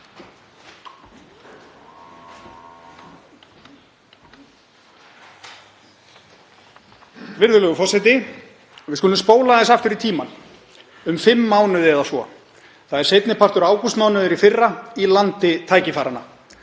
Virðulegur forseti. Við skulum spóla aðeins aftur í tímann, um fimm mánuði eða svo. Það er seinni partur ágústmánaðar í fyrra í landi tækifæranna.